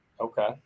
Okay